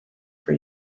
for